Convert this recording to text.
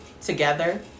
together